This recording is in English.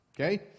Okay